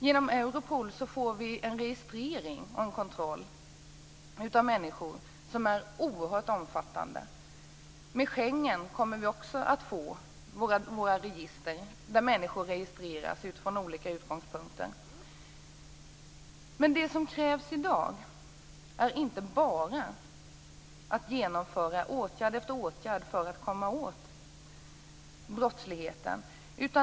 Genom Europol får vi en registrering och kontroll av människor som är oerhört omfattande. I och med Schengen kommer vi också att få register där människor registreras utifrån olika utgångspunkter. Det som krävs i dag är inte bara att vi genomför åtgärd efter åtgärd för att komma åt brottsligheten.